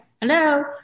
hello